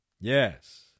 Yes